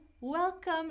welcome